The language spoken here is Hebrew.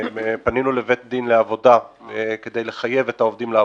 פנינו לבית הדין לעבודה כדי לחייב את העובדים לעבור.